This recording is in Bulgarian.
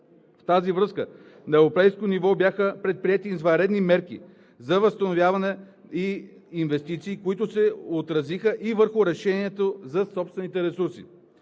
В тази връзка на европейско ниво бяха предприети извънредни мерки за възстановяване и инвестиции, които се отразиха и върху решението за собствените ресурси.